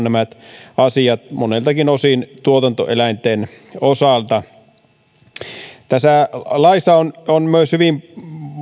nämä asiat moneltakin osin tuotantoeläinten osalta laissa on on myös hyvin